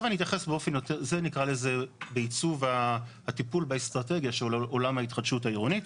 זה נקרא לזה בעיצוב הטיפול באסטרטגיה של עולם ההתחדשות העירונית.